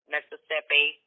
Mississippi